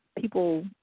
people